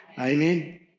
Amen